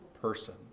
person